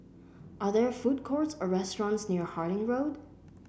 are there food courts or restaurants near Harding Road